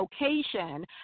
location